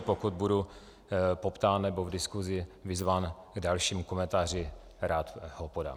Pokud budu poptán nebo v diskusi vyzván k dalšímu komentáři, rád ho podám.